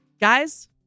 Guys